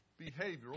behavioral